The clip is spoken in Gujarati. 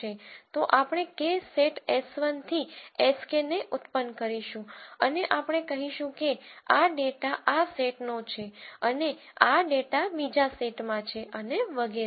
તો આપણે K સેટ s1 થી Sk ને ઉત્પન્ન કરીશું અને આપણે કહીશું કે આ ડેટા આ સેટનો છે અને આ ડેટા બીજા સેટમાં છે અને વગેરે